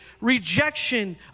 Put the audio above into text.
rejection